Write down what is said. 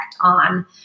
on